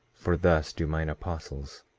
for thus do mine apostles.